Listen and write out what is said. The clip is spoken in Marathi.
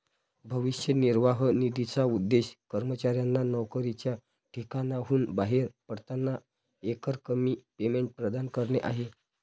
भविष्य निर्वाह निधीचा उद्देश कर्मचाऱ्यांना नोकरीच्या ठिकाणाहून बाहेर पडताना एकरकमी पेमेंट प्रदान करणे आहे